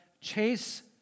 chase